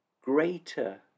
Greater